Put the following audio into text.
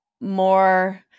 more